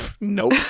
nope